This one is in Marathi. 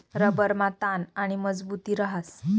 रबरमा ताण आणि मजबुती रहास